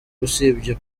usibye